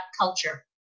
culture